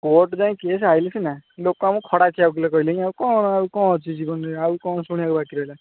court ଯାଏ case ଆସିଲେ ସିନା ଲୋକ ଆମକୁ ଖଡ଼ା ଖିଆ ଓକିଲ କହିଲେଣି ଆଉ କ'ଣ ଆଉ କ'ଣ ଅଛି ଜୀବନରେ ଆଉ କ'ଣ ଶୁଣିବାକୁ ବାକି ରହିଲା